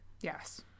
yes